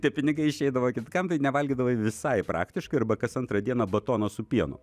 tie pinigai išeidavo kitkam tai nevalgydavai visai praktiškai arba kas antrą dieną batono su pienu